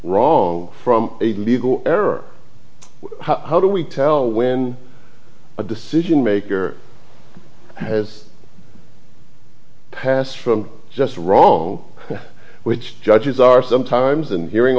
wrong from a legal error how do we tell when a decision maker has passed from just wrong which judges are sometimes i'm hearing